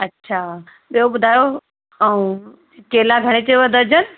अच्छा ॿियों ॿुधायो ऐं केला घणे चयो दर्जन